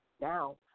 now